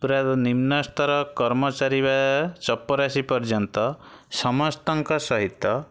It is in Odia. ପୁରା ନିମ୍ନାସ୍ତର କର୍ମଚାରୀ ବା ଚପରାସି ପର୍ଯ୍ୟନ୍ତ ସମସ୍ତଙ୍କ ସହିତ